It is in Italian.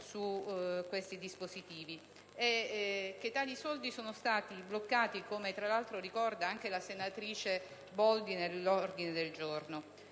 per questi dispositivi e che tali fondi sono stati bloccati, come tra l'altro ricorda anche la senatrice Boldi nell'ordine del giorno